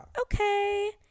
okay